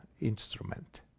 instrument